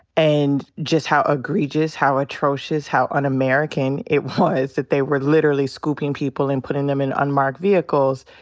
and just how egregious, how atrocious, how un-american it was that they were literally scooping people and putting them in unmarked vehicles,